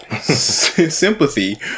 sympathy